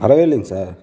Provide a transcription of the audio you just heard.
வரவே இல்லைங் சார்